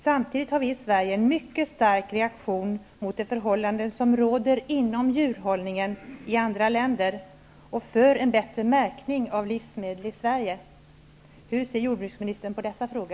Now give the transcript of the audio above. Samtidigt reagerar vi i Sverige mycket starkt mot de förhållanden som råder inom djurhållningen i andra länder. Vi är också för en bättre märkning av livsmedel i Sverige. Hur ser jordbruksministern på denna fråga?